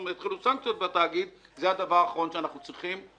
יתחילו סנקציות בתאגיד זה הדבר האחרון שאנחנו צריכים.